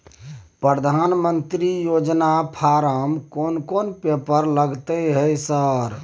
प्रधानमंत्री योजना फारम कोन कोन पेपर लगतै है सर?